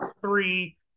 three